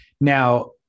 Now